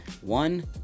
One